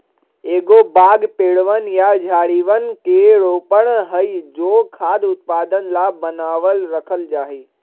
एगो बाग पेड़वन या झाड़ियवन के रोपण हई जो खाद्य उत्पादन ला बनावल रखल जाहई